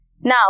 Now